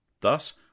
thus